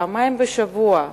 פעמיים בשבוע.